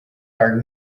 are